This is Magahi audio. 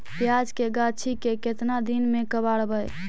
प्याज के गाछि के केतना दिन में कबाड़बै?